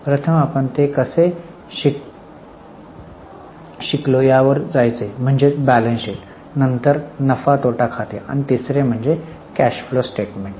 प्रथम आपण ते कसे शिकलो यावरुन जायचे म्हणजे बॅलन्स शीट नंतर नफा आणि तोटा खाते आणि तिसरे म्हणजे कॅश फ्लो स्टेटमेंट